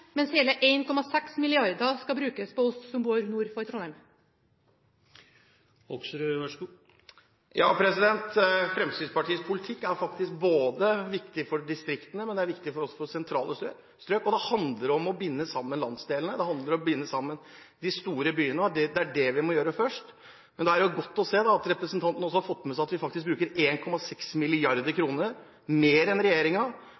mens «hele» 1,6 mrd. kr skal brukes på oss som bor nord for Trondheim. Fremskrittspartiets politikk er faktisk ikke viktig bare for distriktene, den er viktig også for sentrale strøk. Det handler om å binde sammen landsdelene, det handler om å binde sammen de store byene, og det er det vi må gjøre først. Det er godt å se at representanten har fått med seg at vi faktisk bruker 1,6 mrd. kr mer enn regjeringen på viktige riksveiprosjekter også i andre deler av landet enn mellom de største byene. Det viser at Fremskrittspartiet har en